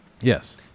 Yes